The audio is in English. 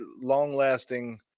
long-lasting